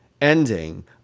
ending